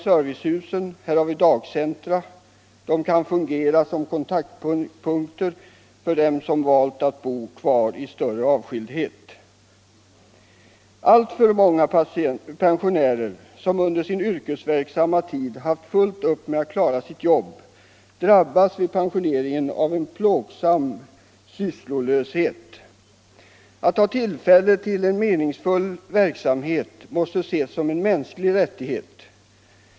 Servicehusen och dagcentra kan fungera som kontaktpunkter för dem som valt att bo kvar i större avskildhet. Alltför många pensionärer, som under sin yrkesverksamma tid haft fullt upp med att klara sitt jobb, drabbas vid pensioneringen av en plågsam sysslolöshet. Att ha tillfälle till meningsfull verksamhet måste ses som en mänsklig rättighet.